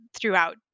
throughout